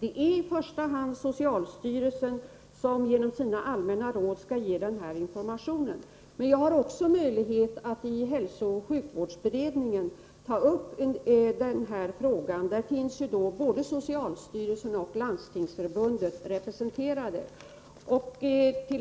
Det är i första hand socialstyrelsen som genom sina allmänna råd skall ge den här informationen, men jag har också möjlighet att i hälsooch sjukvårdsberedningen ta upp frågan. Där finns både socialstyrelsen och Landstingsförbundet representerade.